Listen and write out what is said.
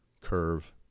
curve